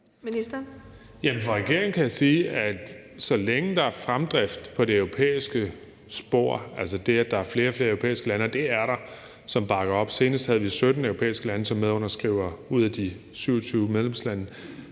For regeringen kan jeg sige, at så længe der er fremdrift på det europæiske spor, altså det, at der er flere og flere europæiske lande, og det er der, som bakker op – senest havde vi 17 ud af de 27 europæiske medlemslande